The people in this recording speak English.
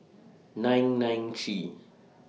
nine nine three